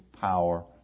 power